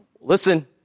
Listen